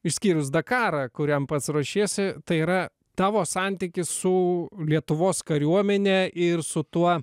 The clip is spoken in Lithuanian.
išskyrus dakarą kuriam pats ruošiesi tai yra tavo santykis su lietuvos kariuomene ir su tuo